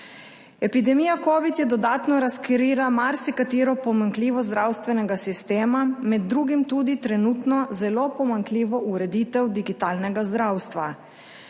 Epidemija covid je dodatno razkrila marsikatero pomanjkljivost zdravstvenega sistema, med drugim tudi trenutno zelo pomanjkljivo ureditev digitalnega zdravstva.